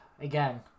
again